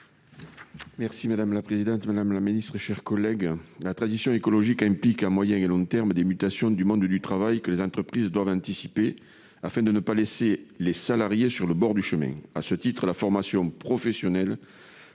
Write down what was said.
Merci madame la présidente, madame la ministre et chers collègues, la transition écologique implique à moyen et long terme des mutations du monde du travail que les entreprises doivent anticiper afin de ne pas laisser les salariés sur le bord du chemin, à ce titre à la formation professionnelle